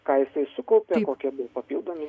ką jisai sukaupė kokie papildomi